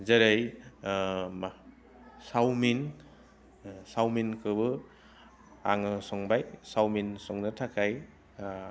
जेरै चावमिन चावमिनखौबो आङो संबाय चावमिन संनो थाखाय